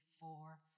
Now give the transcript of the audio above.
four